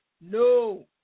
no